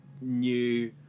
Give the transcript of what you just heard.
new